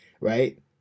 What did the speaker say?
Right